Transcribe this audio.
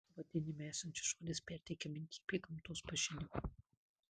pavadinime esantis žodis perteikia mintį apie gamtos pažinimą